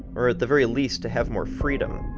or at the very least to have more freedom.